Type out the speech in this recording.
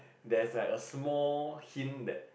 there's like a small hint that